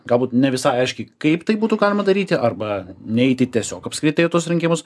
galbūt ne visai aiški kaip tai būtų galima daryti arba neiti tiesiog apskritai į tuos rinkimus